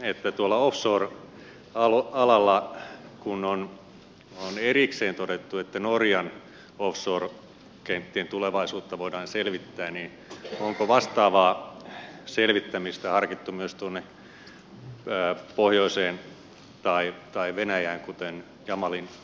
kun tuolla offshore alalla on erikseen todettu että norjan offshore kenttien tulevaisuutta voidaan selvittää niin onko vastaavaa selvittämistä harkittu myös pohjoisen venäjän kuten jamalin niemimaan osalta